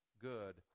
good